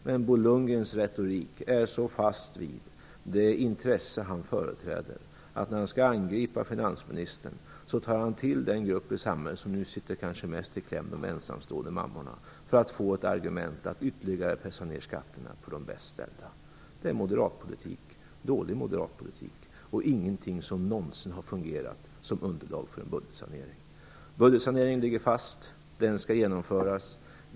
Men Bo Lundgrens retorik är så fastlåst vid det intresse han företräder att han när han skall angripa finansministern tar till den grupp i samhället som nu kanske sitter mest i kläm, de ensamstående mammorna, för att få ett argument för att ytterligare pressa ned skatterna för de bäst ställda. Det är moderatpolitik, dålig moderatpolitik, och någonting som aldrig någonsin har fungerat som underlag för en budgetsanering. Budgetsaneringen ligger fast. Den skall genomföras.